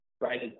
right